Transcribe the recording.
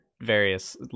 various